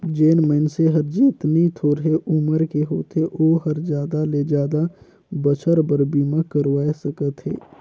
जेन मइनसे हर जेतनी थोरहें उमर के होथे ओ हर जादा ले जादा बच्छर बर बीमा करवाये सकथें